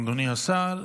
אדוני השר.